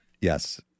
Yes